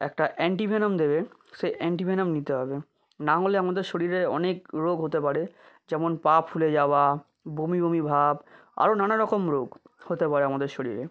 একটা anti venom দেবে সে অ্যান্টি ভেনম নিতে হবে নাহলে আমাদের শরীরের অনেক রোগ হতে পারে যেমন পা ফুলে যাওয়া বমি বমি ভাব আরো নানা রকম রোগ হতে পারে আমাদের শরীরে